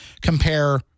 compare